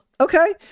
okay